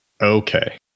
Okay